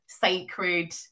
sacred